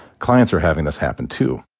clients are having this happen too,